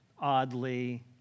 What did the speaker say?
oddly